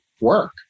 work